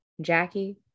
Jackie